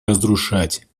разрушать